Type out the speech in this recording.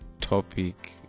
topic